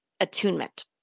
attunement